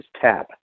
tab